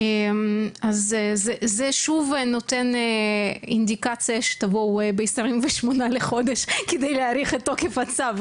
אז זה שוב נותן אינדיקציה שתבואו ב-28 לחודש כדי להאריך את תוקף הצו,